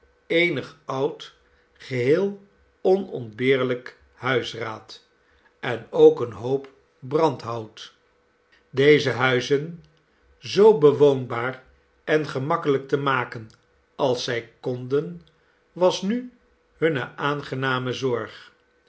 eenig oud geheel onontbeerlijk huisraad en ook een hoop brandhout deze huizen zoo bewoonbaar en gemakkelijk te maken als zij konden was nu hunne aangename zorg